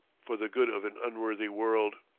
for the good of an unworthy world.